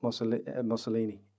Mussolini